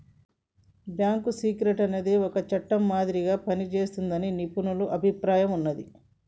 bank secrecy అనేది ఒక చట్టం మాదిరిగా పనిజేస్తాదని నిపుణుల అభిప్రాయం ఉన్నాది